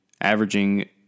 averaging